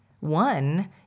One